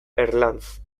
erlanz